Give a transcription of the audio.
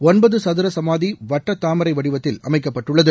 ஒன்பது சதுர சமாதி வட்ட தாமரை வடிவத்தில் அமைக்கப்பட்டுள்ளது